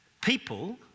People